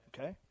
Okay